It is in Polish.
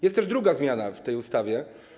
Jest też druga zmiana w tej ustawie.